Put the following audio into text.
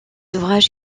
ouvrages